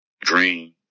Dream